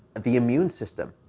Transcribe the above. the immune system.